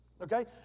Okay